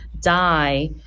die